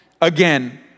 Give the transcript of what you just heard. again